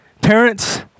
parents